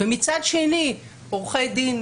ומצד שני עורכי דין